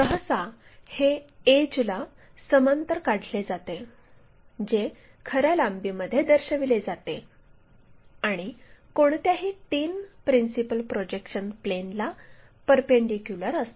सहसा हे एड्जला समांतर काढले जाते जे खऱ्या लांबीमध्ये दर्शविले जाते आणि कोणत्याही तीन प्रिन्सिपल प्रोजेक्शन प्लेनला परपेंडीक्युलर असते